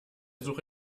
suche